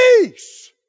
peace